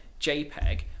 JPEG